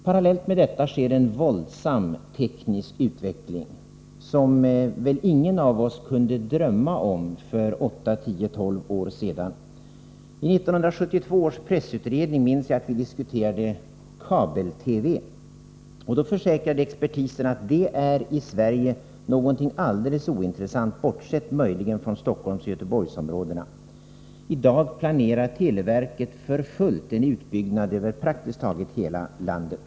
Parallellt med detta sker en våldsam teknisk utveckling, som väl ingen av oss kunde drömma om för 8-10 år sedan. Jag minns att vi i 1972 års pressutredning diskuterade kabel-TV. Då försäkrade expertisen att det var någonting i Sverige alldeles ointressant, bortsett möjligen från Stockholmsoch Göteborgsområdena. I dag planerar televerket för fullt en utbyggnad över praktiskt taget hela landet.